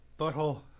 Butthole